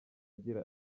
agira